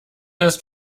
ist